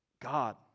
God